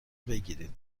بگیرید